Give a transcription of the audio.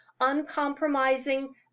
uncompromising